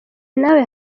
nawe